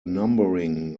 numbering